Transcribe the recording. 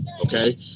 Okay